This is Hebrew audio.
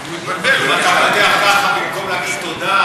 אם אתה פותח ככה במקום להגיד תודה,